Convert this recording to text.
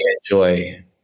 enjoy